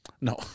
No